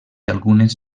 algunes